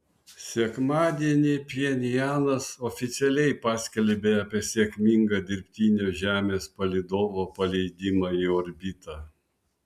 sekmadienį pchenjanas oficialiai paskelbė apie sėkmingą dirbtinio žemės palydovo paleidimą į orbitą